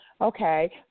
okay